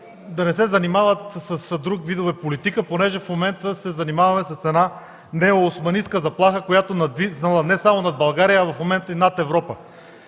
да не се занимават с други видове политика, понеже в момента се занимаваме с една неоосманистка заплаха, която е надвиснала не само над България, а и над Европа.